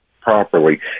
properly